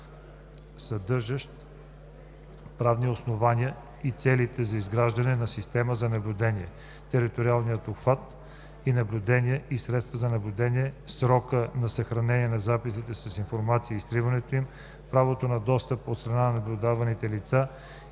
съдържат правните основания и целите за изграждане на система за наблюдение, териториалния обхват на наблюдение и средствата за наблюдение, срока на съхранение на записите с информация и изтриването им, правото на достъп от страна на наблюдаваните лица,